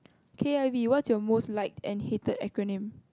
K I V whats your most liked and hated acronym